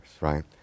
right